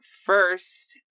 first